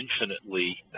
infinitely